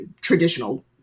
traditional